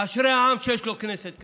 אשרי העם שיש לו כנסת כזאת.